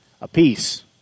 apiece